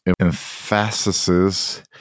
emphasizes